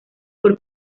por